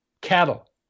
cattle